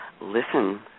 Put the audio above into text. listen